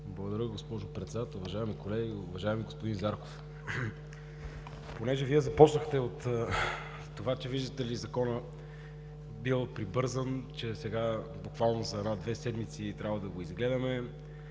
Благодаря, госпожо Председател. Уважаеми колеги! Уважаеми господин Зарков, понеже започнахте с това, че, виждате ли, Законът бил прибързан, че сега буквално за една-две седмици трябвало да го изгледаме,